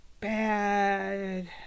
bad